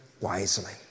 wisely